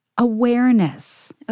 awareness